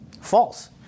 false